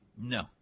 No